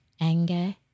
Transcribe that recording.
anger